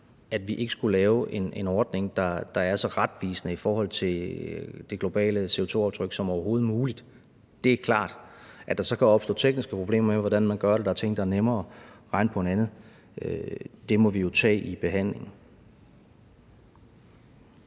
at vi ikke skulle lave en ordning, der er så retvisende i forhold til det globale CO2-aftryk som overhovedet muligt. Det er klart. At der så kan opstå tekniske problemer med, hvordan man gør det, eller at der er ting, der er nemmere, må vi jo tage i behandlingen.